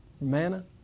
manna